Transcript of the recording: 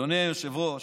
אדוני היושב-ראש,